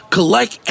Collect